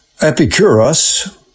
Epicurus